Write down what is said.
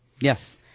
Yes